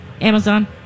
Amazon